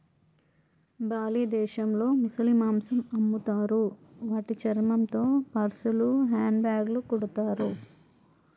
Bali దేశంలో ముసలి మాంసం అమ్ముతారు వాటి చర్మంతో పర్సులు, హ్యాండ్ బ్యాగ్లు కుడతారు